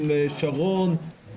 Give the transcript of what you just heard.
עם שרון,